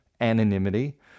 anonymity